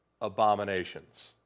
Abominations